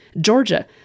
Georgia